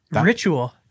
Ritual